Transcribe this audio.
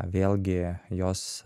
vėlgi jos